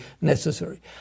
necessary